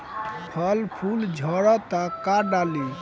फल फूल झड़ता का डाली?